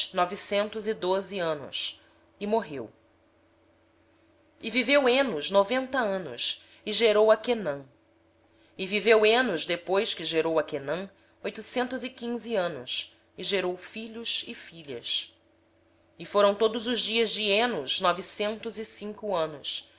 novecentos e doze anos e morreu enos viveu noventa anos e gerou a quenã viveu enos depois que gerou a quenã oitocentos e quinze anos e gerou filhos e filhas todos os dias de enos foram novecentos e cinco anos